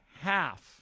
half